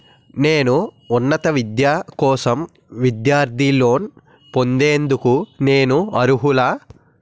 నా ఉన్నత విద్య కోసం విద్యార్థి లోన్ పొందేందుకు నేను అర్హులా?